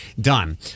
done